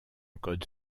code